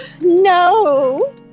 No